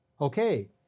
Okay